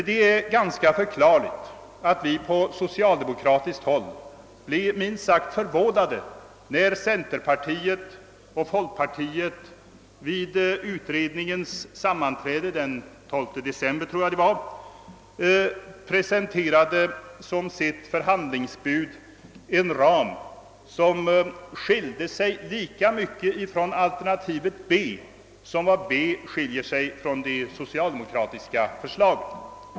Det är ganska förklarligt att vi på socialdemokratiskt håll blev minst sagt förvånade när centern och folkpartiet vid utredningens sammanträde den 12 december som sitt förhandlingsbud presenterade en ram, som skilde sig lika mycket från alternativ B som detta alternativ skiljer sig från det socialdemokratiska förslaget.